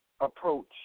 Approach